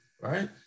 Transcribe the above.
right